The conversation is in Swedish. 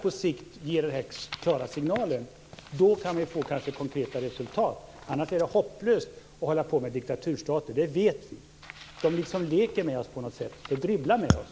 På sikt ges den klara signalen. Då går det att få konkreta resultat. Annars är det hopplöst att hålla på med diktaturstater. Det vet vi. De leker med oss, dribblar med oss.